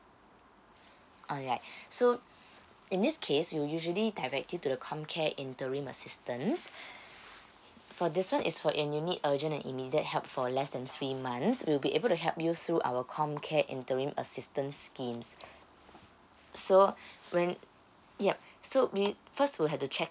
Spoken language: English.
alright so in this case we'll usually direct you to the comcare interim assistance for this one is for and you need urgent and immediate help for less than three months we'll be able to help you through our comcare interim assistance schemes so when yup so we first we'll to have to check